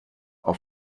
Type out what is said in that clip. auf